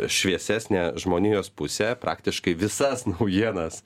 šviesesnė žmonijos pusė praktiškai visas naujienas